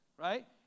right